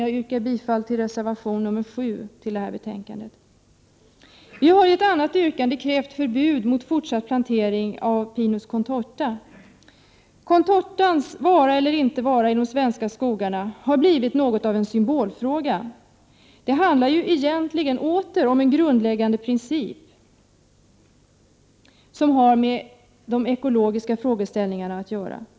Jag yrkar bifall till reservation 7 i detta betänkande. I reservation 8 har vi krävt förbud mot fortsatt plantering av Pinus contorta. Contortans vara eller inte vara i de svenska skogarna har blivit något av en symbolfråga. Det handlar åter om en grundläggande princip som har med de ekologiska frågeställningarna att göra.